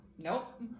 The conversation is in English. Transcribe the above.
Nope